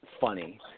funny